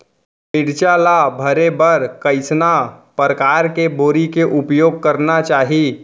मिरचा ला भरे बर कइसना परकार के बोरी के उपयोग करना चाही?